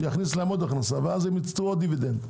יכניס להם עוד הכנסה ואז ירצו עוד דיבידנד.